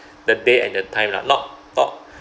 the day and the time lah not not